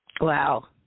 Wow